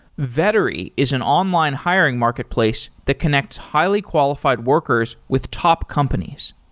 vettery is an online hiring marketplace to connect highly-qualified workers with top companies.